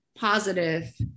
positive